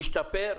השתפר?